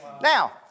Now